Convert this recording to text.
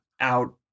out